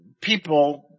people